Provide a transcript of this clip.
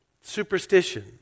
Superstition